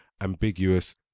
ambiguous